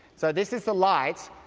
so this is the light,